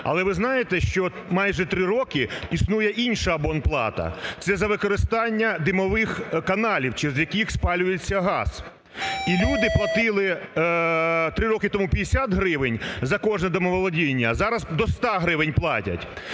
Але ви знаєте, що майже 3 роки існує інша абонплата, це за використання димових каналів, через які спалюється газ. І люди платили 3 роки тому 50 гривень за кожне домоволодіння, а зараз до 100 гривень платять.